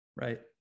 Right